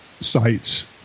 sites